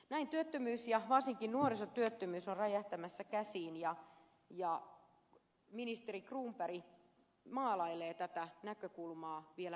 näin työttömyys ja varsinkin nuorisotyöttömyys on räjähtämässä käsiin ja ministeri cronberg maalailee tätä näkökulmaa vielä maltilliseksi